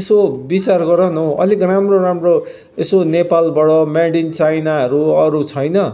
यसो विचार गर न हो अलिक राम्रो राम्रो यसो नेपालबाट मेड इन चाइनाहरू अरू छैन